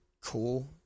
cool